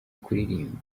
kuririmba